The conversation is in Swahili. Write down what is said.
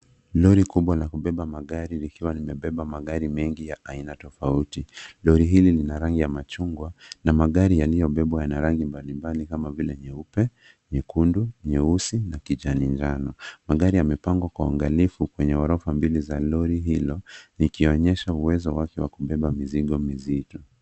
Lori kubwa la kubeba magari lilikwa limebeba magari mengi ya aina tofauti. Lori hili lina rangi ya machungwa na magari yaliyobebwa yana rangi mbalimbali kama vile nyeupe, nyekundu, nyeusi na kijani njano. Magari yamepangwa kwa uangalifu kwenye ghorofa mbili za lori hilo, likionyesha uwezo wake wa kubeba mizigo mizito.